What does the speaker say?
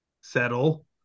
Settle